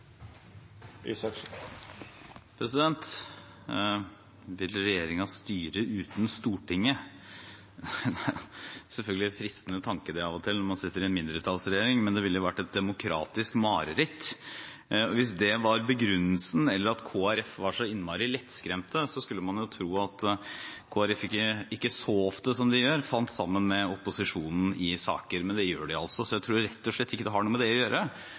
Vil regjeringen styre uten Stortinget? Det er selvfølgelig en fristende tanke av og til, når man sitter i en mindretallsregjering – men det ville jo vært et demokratisk mareritt. Hvis det var begrunnelsen, eller hvis Kristelig Folkeparti var så innmari lettskremte, skulle man jo tro at Kristelig Folkeparti ikke så ofte som de gjør, fant sammen med opposisjonen i saker, men det gjør de altså. Så jeg tror rett og slett ikke det har noe med det å gjøre.